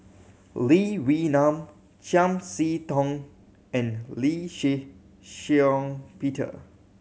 Lee Wee Nam Chiam See Tong and Lee Shih Shiong Peter